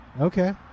Okay